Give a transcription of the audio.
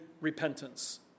repentance